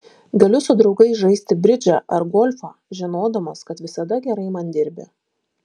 galiu su draugais žaisti bridžą ar golfą žinodamas kad visada gerai man dirbi